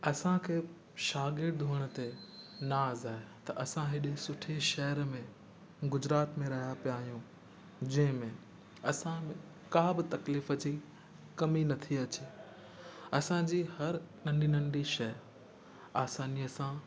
असांखे शागिर्द हुअण ते नाज़ु आहे त असां हेॾे सुठे शहर में गुजरात में रहिया पिया आहियूं जंहिंमें असां का बि तकलीफ़ जी कमी नथी अचे असांजी हर नंढी नंढी शइ आसानीअ सां